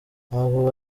amavubi